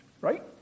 right